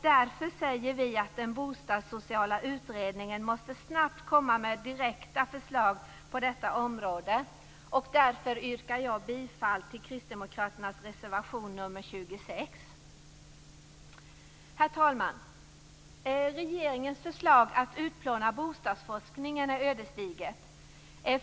Därför säger vi att den bostadssociala utredningen snabbt måste komma med direkta förslag på detta område. Därför yrkar jag bifall till Kristdemokraternas reservation nr 26. Herr talman! Regeringens förslag att utplåna bostadsforskningen är ödesdigert.